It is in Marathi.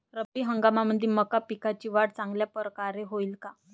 रब्बी हंगामामंदी मका पिकाची वाढ चांगल्या परकारे होईन का?